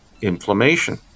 inflammation